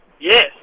Yes